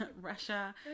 Russia